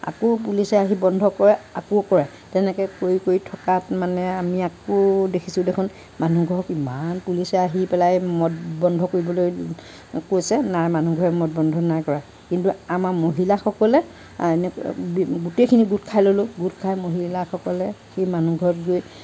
আকৌ পুলিচে আহি বন্ধ কৰে আকৌ কৰে তেনেকে কৰি কৰি থকাত মানে আমি আকৌ দেখিছোঁ দেখোন মানুহ ঘৰক ইমান পুলিচে আহি পেলাই মদ বন্ধ কৰিবলৈ কৈছে নাই মানুহ ঘৰে মদ বন্ধ নাই কৰা কিন্তু আমাৰ মহিলাসকলে গোটেইখিনি গোট খাই ল'লো গোট খাই মহিলাসকলে সেই মানুহ ঘৰত গৈ